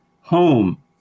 home